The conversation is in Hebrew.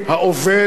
העובד,